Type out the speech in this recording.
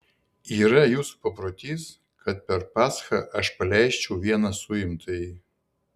yra jūsų paprotys kad per paschą aš paleisčiau vieną suimtąjį